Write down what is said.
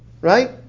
Right